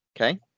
okay